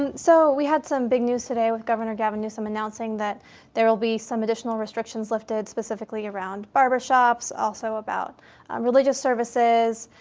um so, we had some big news today with governor gavin newsom announcing that there will be some additional restrictions lifted, specifically around barbershops, also about religious services,